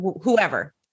whoever